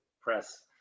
press